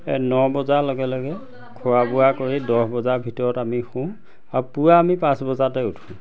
ন বজাৰ লগে লগে খোৱা বোৱা কৰি দহ বজাৰ ভিতৰত আমি শুওঁ আৰু পুৱা আমি পাঁচ বজাতে উঠোঁ